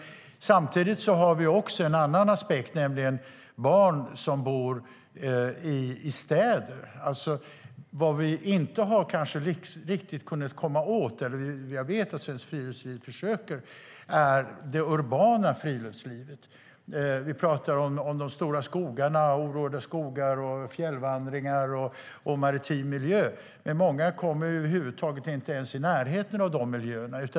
Samtidigt har vi en annan aspekt, nämligen barn som bor i städerna. Det vi kanske inte riktigt har kunnat komma åt - jag vet att Svenskt Friluftsliv försöker - är det urbana friluftslivet. Vi talar om orörda skogar, fjällvandringar och maritim miljö men kommer inte ens i närheten av de miljöerna.